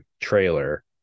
trailer